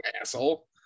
asshole